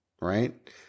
right